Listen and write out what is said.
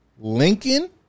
Lincoln